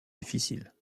difficile